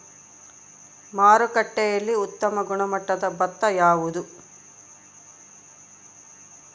ಮಾರುಕಟ್ಟೆಯಲ್ಲಿ ಉತ್ತಮ ಗುಣಮಟ್ಟದ ಭತ್ತ ಯಾವುದು?